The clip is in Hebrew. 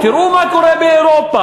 תראו מה קורה באירופה,